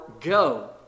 go